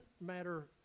matter